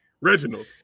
Reginald